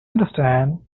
understand